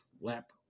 lap